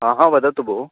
हा हा वदतु भो